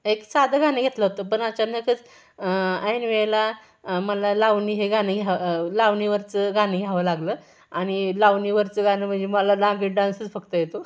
एक साधं गाणं घेतलं होतं पण अचानकच ऐनवेळेला मला लावणी हे गाणे घ्या लावणीवरचं गाणे घ्यावं लागलं आणि लावणीवरचं गाणं म्हणजे मला नागीन डान्सच फक्त येतो